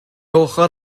ochr